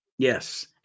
Yes